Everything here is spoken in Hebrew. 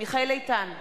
מיכאל איתן,